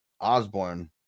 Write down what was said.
Osborne